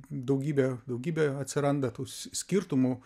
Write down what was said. daugybė daugybė atsiranda tų skirtumų